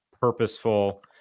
purposeful